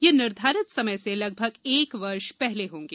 यह निर्धारित समय से लगभग एक वर्ष पहले होंगे